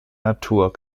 natur